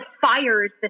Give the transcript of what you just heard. fires